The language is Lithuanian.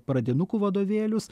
pradinukų vadovėlius